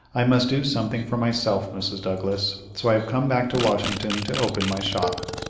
i must do something for myself, mrs. douglas, so i have come back to washington to open my shop.